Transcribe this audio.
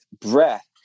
breath